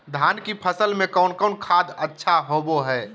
धान की फ़सल में कौन कौन खाद अच्छा होबो हाय?